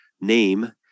name